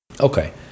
Okay